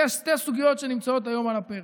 אלה שתי הסוגיות שנמצאות היום על הפרק,